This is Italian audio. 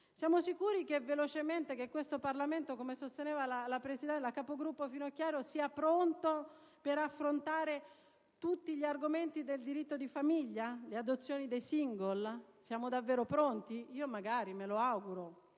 Siamo sicuri che questo Parlamento, come sosteneva la capogruppo Finocchiaro, sia pronto per affrontare tutti gli argomenti del diritto di famiglia? Le adozioni dei *single*? Siamo davvero pronti? Magari, me lo auguro,